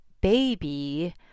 baby